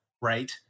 right